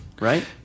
right